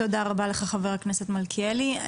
< יור >> היו"ר שרן מרים השכל: תודה רבה לך חבר הכנסת מלכיאלי.